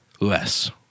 less